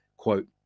quote